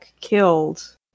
killed